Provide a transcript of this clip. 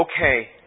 okay